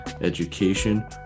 education